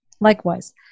Likewise